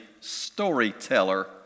storyteller